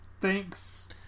Thanks